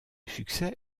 succès